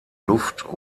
luft